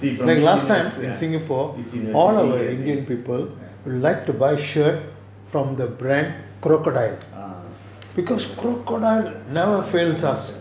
see from these few years ya it's in the city it's never fails ah